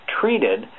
treated